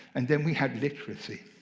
and then we had literacy.